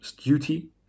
duty